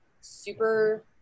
super